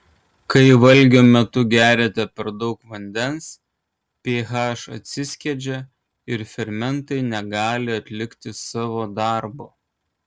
kai valgio metu geriate per daug vandens ph atsiskiedžia ir fermentai negali atlikti savo darbo